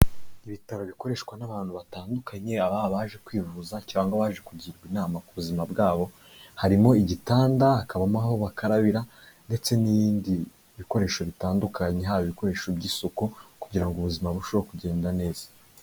Ibitaro bikoreshwa n'abantu batandukanye, haba ari abaje kwivuza, cyangwa abaje kugirwa inama ku buzima bwabo, harimo igitanda, hakabamo aho bakarabira, ndetse n'ibindi bikoresho bitandukanye, haba ibikoresho by'isuku, kugira ngo ubuzima burusheho kugenda neza.